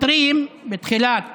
בתחילת האירוע,